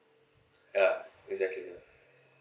ya exactly ya